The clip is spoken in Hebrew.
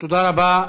תודה רבה.